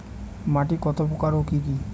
মাটি কতপ্রকার ও কি কী?